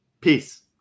peace